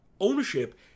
ownership